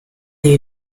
the